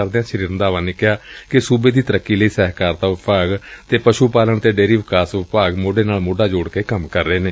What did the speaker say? ਕਰਦਿਆਂ ਸ੍ਰੀ ਰੰਧਾਵਾ ਨੇ ਕਿਹਾ ਕਿ ਸੁਬੇ ਦੀ ਤਰੱਕੀ ਲਈ ਸਹਿਕਾਰਤਾ ਵਿਭਾਗ ਅਤੇ ਪਸ੍ਰ ਪਾਲਣ ਤੇ ਡੇਅਰੀ ਵਿਕਾਸ ਵਿਭਾਗ ਮੋਢੇ ਨਾਲ ਮੋਢਾ ਜੋੜ ਕੇ ਕੰਮ ਕਰ ਰਹੇ ਨੇ